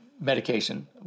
medication